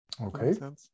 Okay